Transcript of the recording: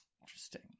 Interesting